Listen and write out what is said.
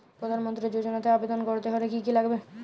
প্রধান মন্ত্রী যোজনাতে আবেদন করতে হলে কি কী লাগবে?